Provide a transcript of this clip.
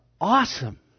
awesome